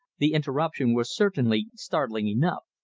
the interruption was certainly startling enough.